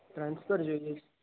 transfer જોઈએ છે